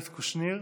קושניר,